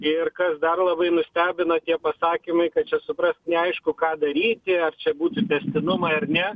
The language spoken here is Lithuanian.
ir kas dar labai nustebino tie pasakymai kad čia suprask neaišku ką daryti ar čia būtų tęstinumai ar ne